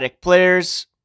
players